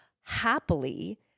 happily